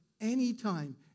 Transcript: anytime